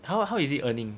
how is he earning